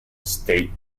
state